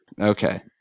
Okay